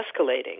escalating